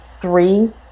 three